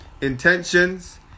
intentions